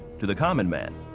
to the common man,